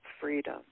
freedom